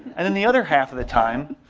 and then the other half of the time